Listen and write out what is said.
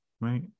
right